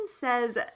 says